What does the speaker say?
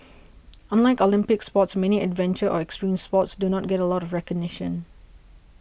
unlike Olympic sports many adventure or extreme sports do not get a lot of recognition